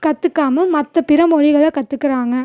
கற்றுக்காம மற்ற பிற மொழிகளில் வந்து கற்றுக்கிறாங்க